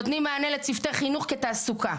נותנים מענה לצוותי חינוך כתעסוקה.